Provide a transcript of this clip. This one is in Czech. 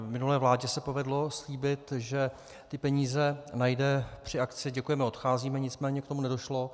Minulé vládě se povedlo slíbit, že ty peníze najde při akci Děkujeme, odcházíme, nicméně k tomu nedošlo.